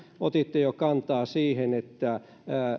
otitte jo kantaa siihen että